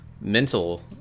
mental